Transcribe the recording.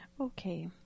Okay